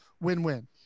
win-win